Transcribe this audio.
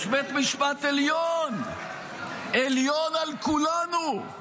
יש בית משפט עליון, עליון על כולנו.